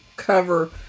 cover